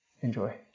enjoy